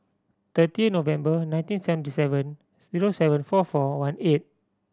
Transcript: thirty November nineteen seventy seven zero seven four four one eight